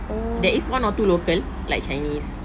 there is one or two local like chinese